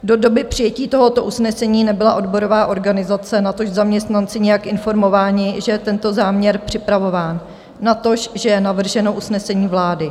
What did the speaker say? Do doby přijetí tohoto usnesení nebyla odborová organizace, natož zaměstnanci nijak informováni, že je tento záměr připravován, natož že je navrženo usnesení vlády.